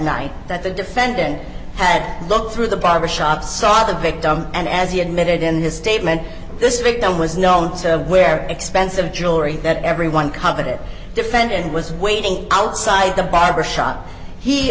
night that the defendant had looked through the barbershop saw the victim and as he admitted in his statement this victim was known to wear expensive jewelry that everyone coveted defendant was waiting outside the barber shop he